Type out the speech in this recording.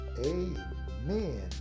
amen